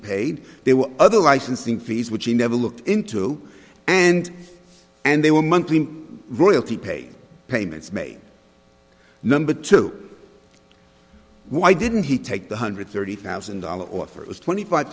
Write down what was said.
paid there were other licensing fees which he never looked into and and they were monthly royalty paid payments made number two why didn't he take the hundred thirty thousand dollars offer it was twenty five